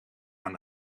aan